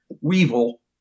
weevil